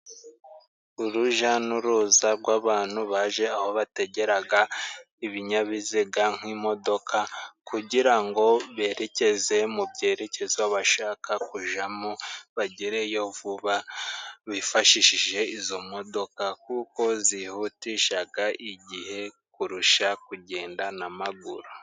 Urujya n'uruza rw'abantu baje aho bategeraga ibinyabiziga, nk'imodoka kugirango berekeze mu byerekezo bashakajamo, bagereyo vuba bifashishije izo modoka, kuko zihutishaga igihe kurusha kugendad n' amaguru.